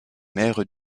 maires